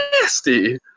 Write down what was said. nasty